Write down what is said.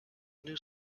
new